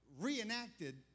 reenacted